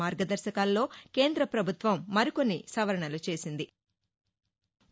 మార్గదర్శకాల్లో కేంద పభుత్వం మరికొన్ని సవరణలు చేసింది